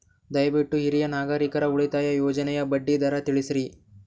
ದಯವಿಟ್ಟು ಹಿರಿಯ ನಾಗರಿಕರ ಉಳಿತಾಯ ಯೋಜನೆಯ ಬಡ್ಡಿ ದರ ತಿಳಸ್ರಿ